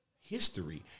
history